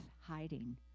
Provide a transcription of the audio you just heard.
hiding